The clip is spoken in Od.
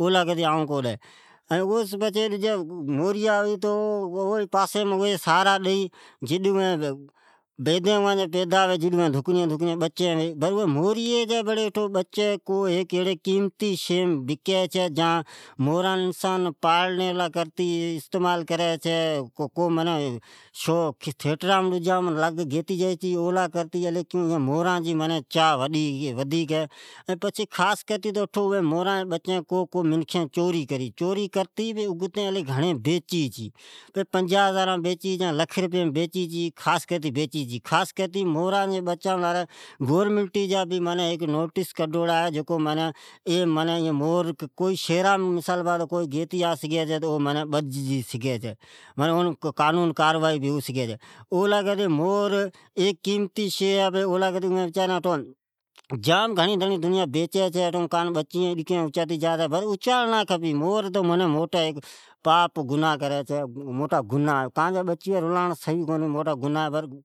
اولی کرتی آئو کو ڈی۔ کجھ موریا بھے ڈیکھی سار ڈی جڈ اوان بیدی مان ڈھکنی ڈھکنی بچے ھوی چھے ،کئی چھے تو مورا جی بچئ قہمتی ھوی چھی کو قیمتے شئی لے استعمال ھوی چھی، موریی قیمتی ھوی چھی، تھرٹ اجام گیتے بجایئ چھے، اولی کرتی ایان جی چاھ ودیک ھی، کو کو منکھین مورا جی بچی اچاتے جائی، یا چوری کری پچھی بیچی چھے۔ پنجا ہزارانم یالکھ رپیی مین بیچے چھے، خاص کرتی بیچی چھی ۔موران جی بچان لاری گورنمنٹی جا ھیک نوٹیس کڈوڑا ھی ۔کئی شھرامین گیتے آوی چھے تو بج سگھی سے۔ معنی اون قانینی کاروائی ھو سگھی چھی۔ اولی کرتی مور قیمتی شئی ھی جام بیچی چھے۔ مور اچاتی موٹا پاپ، گنا ھے ۔کانجی بچیی رلائنڑ سٹھے کونی۔